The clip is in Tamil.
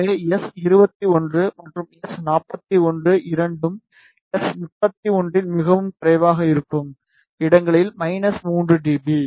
எனவே எஸ் 21 மற்றும் எஸ் 41 இரண்டும் எஸ்31 னில் மிகவும் குறைவாக இருக்கும் இடங்களில் 3 டி பி